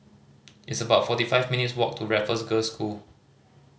it's about forty five minutes' walk to Raffles Girls' School